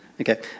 Okay